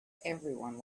everyone